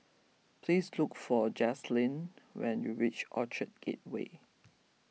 please look for Jazlyn when you reach Orchard Gateway